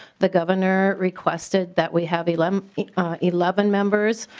the governor requested that we have eleven eleven members.